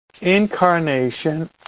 incarnation